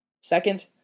Second